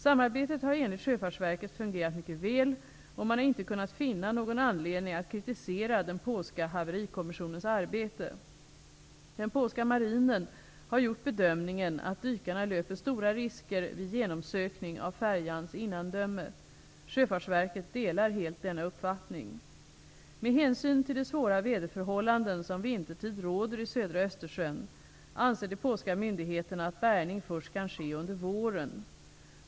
Samarbetet har enligt Sjöfartsverket fungerat mycket väl, och man har inte kunnat finna någon anledning att kritisera den polska haverikommissionens arbete. Den polska marinen har gjort bedömningen att dykarna löper stora risker vid genomsökning av färjans innandöme. Sjöfartsverket delar helt denna uppfattning. Med hänsyn till de svåra väderförhållanden som vintertid råder i södra Östersjön anser de polska myndigheterna att bärgning först kan ske under våren.